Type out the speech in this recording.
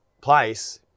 place